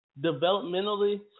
developmentally